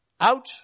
Out